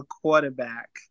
quarterback